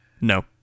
No